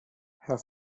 herr